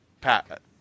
Pat